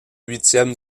huitième